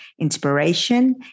inspiration